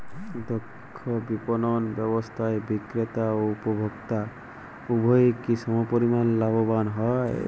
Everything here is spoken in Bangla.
দক্ষ বিপণন ব্যবস্থায় বিক্রেতা ও উপভোক্ত উভয়ই কি সমপরিমাণ লাভবান হয়?